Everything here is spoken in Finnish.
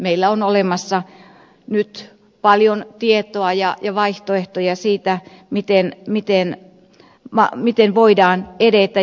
meillä on olemassa nyt paljon tietoa ja vaihtoehtoja siitä miten voidaan edetä